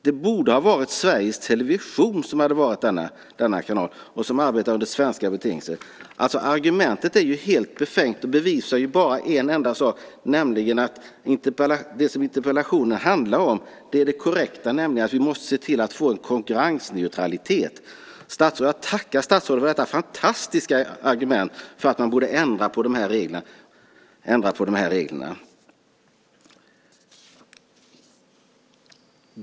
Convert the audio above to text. Det borde ha varit Sveriges Television som hade varit denna kanal, och som arbetar under svenska betingelser. Argumentet är helt befängt. Det bevisar bara en enda sak, nämligen att det som interpellationen handlar om är det korrekta. Vi måste se till att få en konkurrensneutralitet. Jag tackar statsrådet för detta fantastiska argument för att man borde ändra på reglerna.